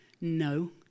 No